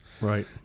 Right